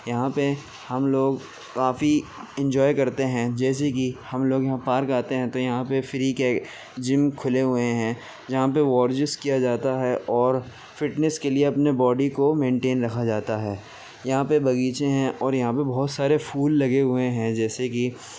یہاں پہ ہم لوگ کافی انجوائے کرتے ہیں جیسے کہ ہم لوگ یہاں پارک آتے ہیں تو یہاں پہ فری کے جم کھلے ہوئے ہیں جہاں پہ ورزش کیا جاتا ہے اور فٹنیس کے لیے اپنے باڈی کو مینٹین رکھا جاتا ہے یہاں پہ باغیچے ہیں اور یہاں پہ بہت سارے پھول لگے ہوئے ہیں جیسے کہ